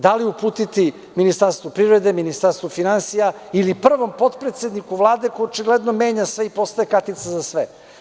Da li uputiti Ministarstvu privrede, Ministarstvu finansija ili prvom potpredsedniku Vlade, koji očigledno menja sve i postoji kartica za sve.